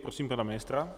Prosím pana ministra.